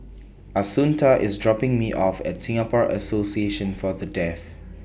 Assunta IS dropping Me off At Singapore Association For The Deaf